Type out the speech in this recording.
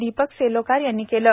दिपक सेलोकार यांनी केले